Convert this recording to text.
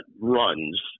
runs